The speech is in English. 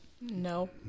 No